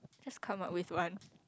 just come up with one